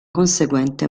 conseguente